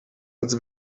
als